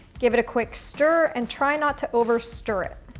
give it a quick stir and try not to over stir it.